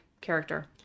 character